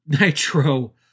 Nitro